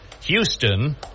Houston